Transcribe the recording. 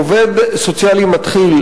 עובד סוציאלי מתחיל,